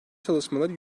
çalışmaları